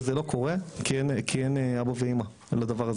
וזה לא קורה כי אין אבא ואמא לדבר הזה,